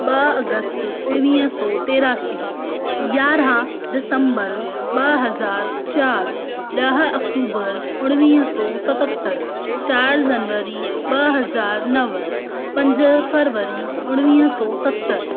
ॿ अगस्त उणिवीह सौ तेरासी यारहं दिसम्बर ॿ हज़ार चारि ॾह अक्टूबर उणिवीह सौ सततरि चारि ज़नवरी ॿ हज़ार नव पंज फरवरी उणिवीह सौ सतरि